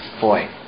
Boy